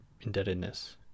indebtedness